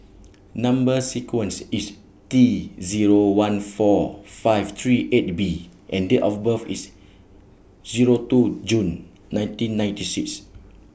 Number sequence IS T Zero one four five three eight B and Date of birth IS Zero two June nineteen ninety six